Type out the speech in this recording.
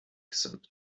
sind